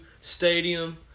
stadium